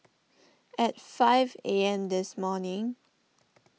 at five A M this morning